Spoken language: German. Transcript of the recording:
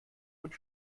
und